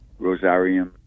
Rosarium